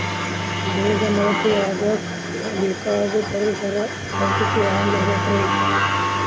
ಬೇಜ ಮೊಳಕೆಯಾಗಕ ಬೇಕಾಗೋ ಪರಿಸರ ಪರಿಸ್ಥಿತಿ ಹ್ಯಾಂಗಿರಬೇಕರೇ?